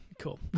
Cool